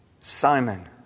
Simon